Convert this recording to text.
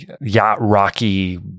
yacht-rocky